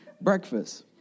Breakfast